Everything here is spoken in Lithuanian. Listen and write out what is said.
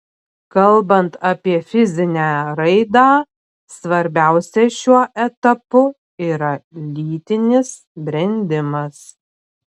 kalbant apie fizinę raidą svarbiausia šiuo etapu yra lytinis brendimas